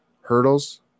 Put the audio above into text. hurdles